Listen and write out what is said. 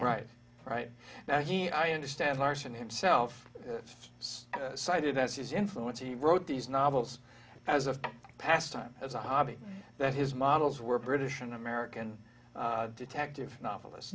right right now he i understand martian himself cited as his influence he wrote these novels as a pastime as a hobby that his models were british and american detective novelist